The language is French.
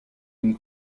une